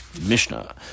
Mishnah